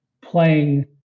playing